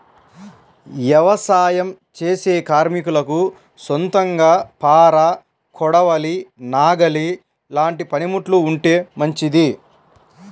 యవసాయం చేసే కార్మికులకు సొంతంగా పార, కొడవలి, నాగలి లాంటి పనిముట్లు ఉంటే మంచిది